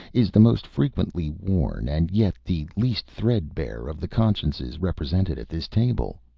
is the most frequently worn and yet the least thread-bare of the consciences represented at this table.